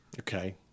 Okay